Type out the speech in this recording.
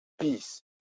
peace